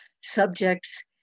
subjects